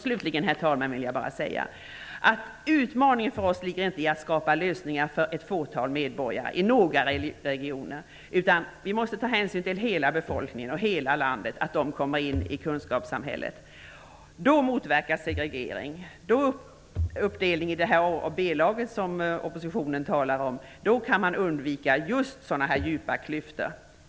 Slutligen, herr talman, vill jag bara säga att utmaningen för oss inte ligger i att skapa lösningar för ett fåtal medborgare i några regioner. Vi måste ta hänsyn till att hela befolkningen och hela landet skall komma in i kunskapssamhället. Då motverkas segregering och den uppdelning i A och B-lag som oppositionen talar om. Då kan man undvika just sådana djupa klyftor.